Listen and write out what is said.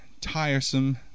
tiresome